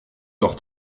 heure